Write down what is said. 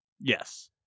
Yes